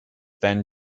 then